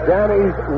Danny's